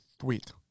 Sweet